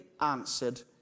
answered